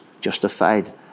justified